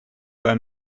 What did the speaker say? but